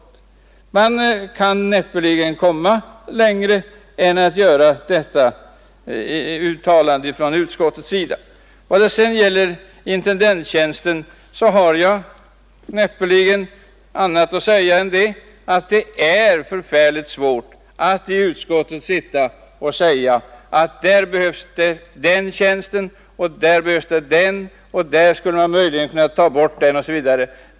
Vi kan näppeligen komma längre än till att göra detta Onsdagen den uttalande från utskottets sida. 15 mars1972 Vad sedan gäller intendentstjänsten har jag näppeligen annat att anföra än att det är svårt att i utskottet sitta och säga att där och där behövs den eller den tjänsten, där skulle man möjligen kunna ta bort den, osv.